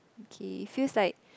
okay it feels like